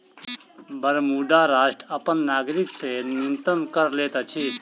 Bermuda राष्ट्र अपन नागरिक से न्यूनतम कर लैत अछि